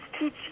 teach